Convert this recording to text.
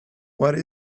what